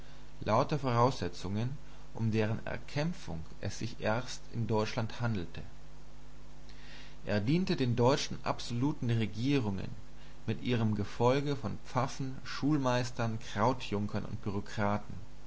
lauter voraussetzungen um deren erkämpfung es sich erst in deutschland handelte er diente den deutschen absoluten regierungen mit ihrem gefolge von pfaffen schulmeistern krautjunkern und bürokraten